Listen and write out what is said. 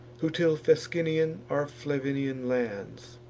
who till fescennian or flavinian lands.